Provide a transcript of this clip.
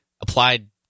applied